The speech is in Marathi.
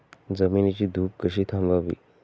जमिनीची धूप कशी थांबवावी?